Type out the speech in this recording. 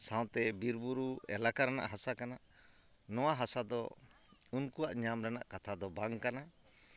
ᱥᱟᱶᱛᱮ ᱵᱨᱤᱼᱵᱩᱨᱩ ᱮᱞᱟᱠᱟ ᱨᱮᱱᱟᱜ ᱦᱟᱥᱟ ᱠᱟᱱᱟ ᱱᱚᱣᱟ ᱦᱟᱥᱟ ᱫᱚ ᱩᱱᱠᱩᱣᱟᱜ ᱧᱟᱢ ᱨᱮᱱᱟᱜ ᱠᱟᱛᱷᱟ ᱫᱚ ᱵᱟᱝ ᱠᱟᱱᱟ